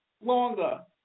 longer